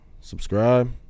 subscribe